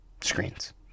screens